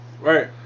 Right